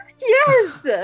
Yes